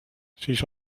siis